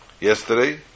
yesterday